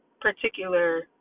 particular